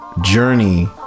journey